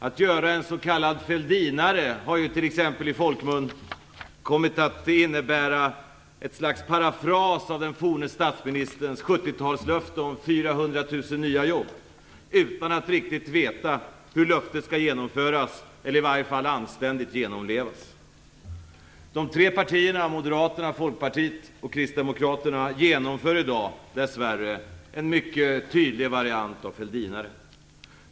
Att göra en s.k. fälldinare har ju t.ex. i folkmun kommit att innebära ett slags parafras av den forne statsministerns 70-talslöfte om 400 000 nya jobb - alltså att inte riktigt veta hur ett löfte skall genomföras eller i varje fall anständigt genomlevas. Kristdemokraterna genomför i dag dessvärre en mycket tydlig variant av fälldinare.